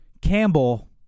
campbell